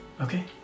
Okay